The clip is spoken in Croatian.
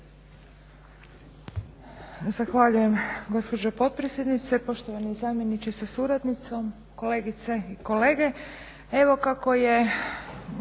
Zahvaljujem gospođo potpredsjednice, poštovani zamjeniče sa suradnicom, kolegice i kolege.